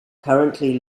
currently